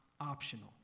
optional